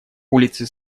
улицы